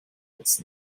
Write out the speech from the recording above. als